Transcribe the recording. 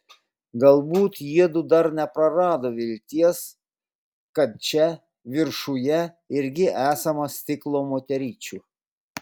galbūt jiedu dar neprarado vilties kad čia viršuje irgi esama stiklo moteryčių